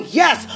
yes